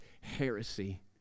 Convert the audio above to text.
heresy